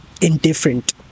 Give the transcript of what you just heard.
indifferent